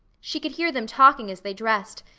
she could hear them talking as they dressed,